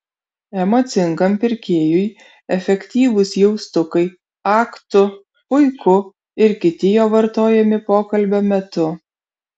emocingam pirkėjui efektyvūs jaustukai ak tu puiku ir kiti jo vartojami pokalbio metu